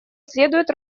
следует